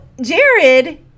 Jared